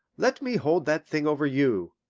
let me hold that thing over you.